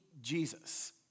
Jesus